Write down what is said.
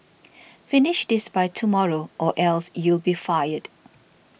finish this by tomorrow or else you'll be fired